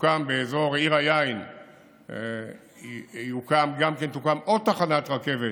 תוקם באזור עיר היין עוד תחנת רכבת